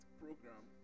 program